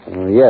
Yes